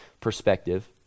perspective